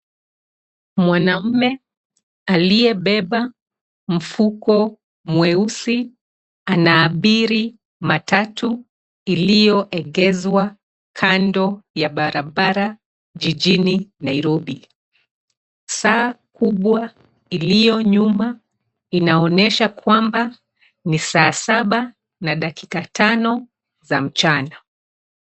Mwanamume aliyebeba mfuko mweusi anaabiri matatu iliyoegeshwa kando ya barabara jijini Nairobi. Saa kubwa iliyo nyuma, inaonyesha kwamba ni saa saba na dakika tano za mchana.